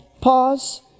pause